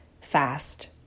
fast